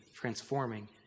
transforming